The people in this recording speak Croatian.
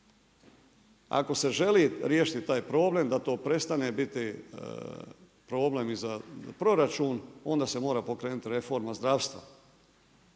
Ako se želi riješiti taj problem da to prestane biti problem i za proračun, onda se mora pokrenuti reforma zdravstva.